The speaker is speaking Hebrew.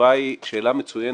התשובה היא: שאלה מצוינת,